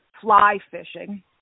fly-fishing